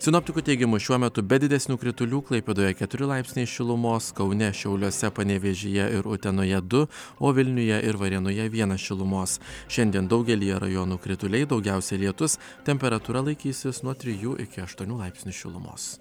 sinoptikų teigimu šiuo metu be didesnių kritulių klaipėdoje keturi laipsniai šilumos kaune šiauliuose panevėžyje ir utenoje du o vilniuje ir varėnoje vienas šilumos šiandien daugelyje rajonų krituliai daugiausia lietus temperatūra laikysis nuo trijų iki aštuonių laipsnių šilumos